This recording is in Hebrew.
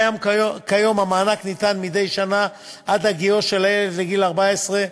כיום המענק ניתן מדי שנה עד הגיעו של הילד לגיל 14,